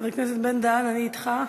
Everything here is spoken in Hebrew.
חבר הכנסת בן-דהן, אני אתך.